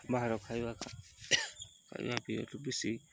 ବାହାର ଖାଇବା ଖାଇବା ବି ବେଶୀ